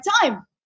time